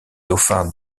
dauphin